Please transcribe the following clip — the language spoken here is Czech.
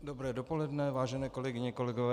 Dobré dopoledne, vážené kolegyně a kolegové.